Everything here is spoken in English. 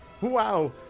Wow